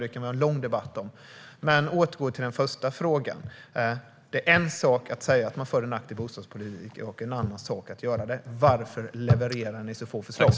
Det kan vi ha en lång debatt om, men jag återgår till den första frågan. Det är en sak att säga att man för en aktiv bostadspolitik och en annan sak att göra det. Varför levererar ni så få förslag?